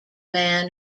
man